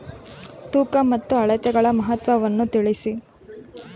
ತೂಕ ಮತ್ತು ಅಳತೆಗಳ ಮಹತ್ವವನ್ನು ತಿಳಿಸಿ?